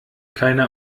keiner